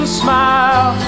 smile